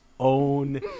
own